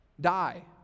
die